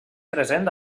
present